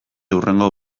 hurrengo